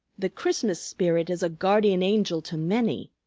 the christmas spirit is a guardian angel to many,